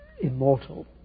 immortal